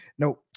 No